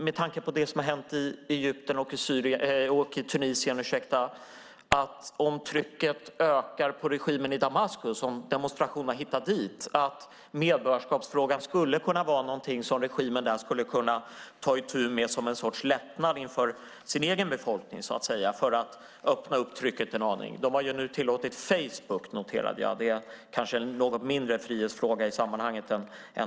Med tanke på det som har hänt i Egypten och Tunisien är det väl inte otänkbart att om trycket ökar på regimen i Damaskus och demonstrationerna hittar dit så kan regimen ta itu med medborgarskapsfrågan som ett sätt att lätta på trycket från den egna befolkningen. Man har nu tillåtit Facebook, vilket i och för sig är en mindre frihetsfråga i sammanhanget.